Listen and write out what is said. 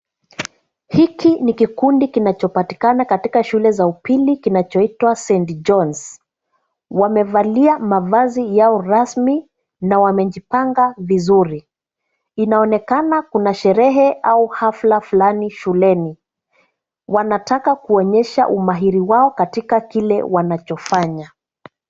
Hiki ni kikundi kinachopatikana katika shule za upili kinachoitwa Saint Johns . Wamevalia mavazi yao rasmi na wamejipanga vizuri. Inaonekana kuna sherehe au hafla fulani shuleni. Wanataka kuonyesha umahiri wao katika kile wanachofanya.